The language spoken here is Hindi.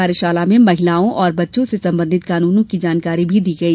कार्यशाला में महिलाओं एवं बच्चों से संबंधित कानूनों की जानकारी दी गई